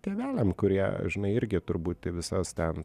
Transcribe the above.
tėveliam kurie žinai irgi turbūt į visas ten